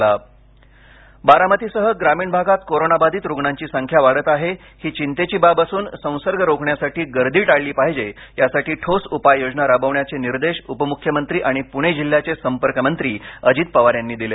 अजित पवार बारामती बारामतीसह ग्रामीण भागात कोरानाबाधित रुग्णांची संख्या वाढत आहे ही चिंतेची बाब असून संसर्ग रोखण्यासाठी गर्दी टाळली पाहिजे यासाठी ठोस उपाययोजना राबवण्याचे निर्देश उपमुख्यमंत्री आणि प्रणे जिल्ह्याचे संपर्क मंत्री अजित पवार यांनी दिले